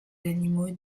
animaux